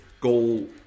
goal